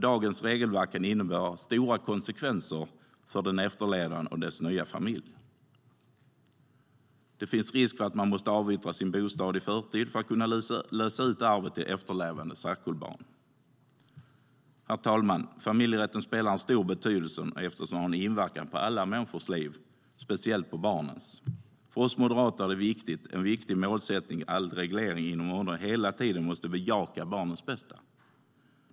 Dagens regelverk kan innebära stora konsekvenser för den efterlevande och dennes nya familj. Det finns risk för att man måste avyttra sin bostad i förtid för att kunna lösa ut arvet till efterlevande särkullbarn. Herr talman! Familjerätten har stor betydelse eftersom den har en inverkan på alla människors liv, speciellt på barnens. För oss moderater är det en viktig målsättning att all reglering inom området hela tiden måste bejaka barnens bästa.